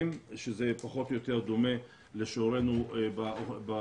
שזה פחות או יותר דומה לשיעורנו באוכלוסייה.